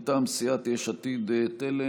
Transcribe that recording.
מטעם סיעת יש עתיד-תל"ם,